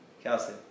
Kelsey